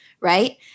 right